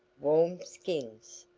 warm skins.